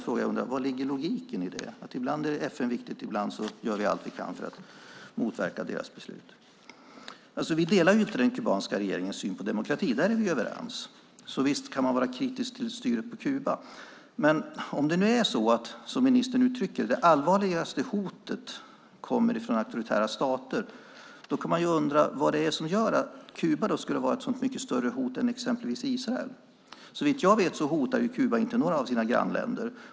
Jag undrar över logiken i den frågan. Ibland är FN viktigt, och ibland gör vi allt vi kan för att motverka deras beslut. Vi delar inte den kubanska regeringens syn på demokrati. Där är vi överens. Visst kan man vara kritisk till styret på Kuba. Men om det nu är så, som ministern uttryckte det, att det allvarligaste hotet kommer från auktoritära stater kan man undra vad det är som gör att Kuba skulle vara ett så mycket större hot än exempelvis Israel. Såvitt jag vet hotar inte Kuba några av sina grannländer.